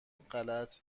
غلط